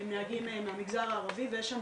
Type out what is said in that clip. שמאוגדים אצלנו נהגים מהמגזר הערבי ויש שם